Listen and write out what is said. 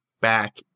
back